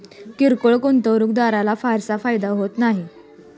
किरकोळ गुंतवणूकदाराला फारसा फायदा होत नाही